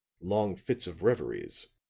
long fits of reveries,